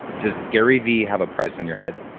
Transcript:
does gary vee have a price on your head?